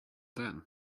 then